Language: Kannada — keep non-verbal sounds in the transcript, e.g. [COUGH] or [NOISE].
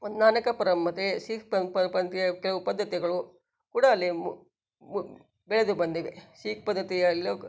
[UNINTELLIGIBLE] ನಾನಕ ಪರಮ್ಮತೆ ಸಿಖ್ ಉಪಾದ್ಯತೆಗಳು ಕೂಡ ಅಲ್ಲಿ ಮು ಮು ಬೆಳೆದು ಬಂದಿವೆ ಸಿಖ್ ಪದ್ಧತಿಯಲ್ಲೂ